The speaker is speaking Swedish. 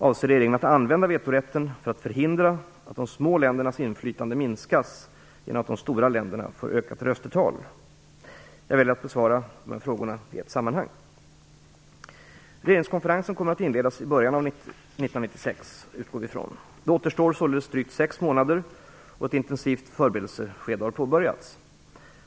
Avser regeringen att använda vetorätten för att förhindra att de små ländernas inflytande minskas genom att de stora länderna får ökat rösttal? Jag väljer att besvara frågorna i ett sammanhang. Regeringskonferensen kommer att inledas i början av 1996. Det återstår således drygt sex månader, och ett intensivt förberedelseskede har påbörjats.